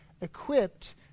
equipped